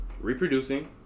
reproducing